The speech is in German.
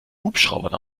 hubschraubern